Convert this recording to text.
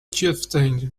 chieftains